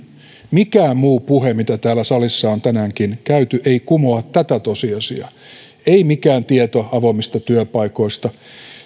mikään muu puhe mitä täällä salissa on tänäänkin käyty ei kumoa tätä tosiasiaa ei mikään tieto avoimista työpaikoista